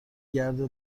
گرده